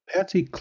Patsy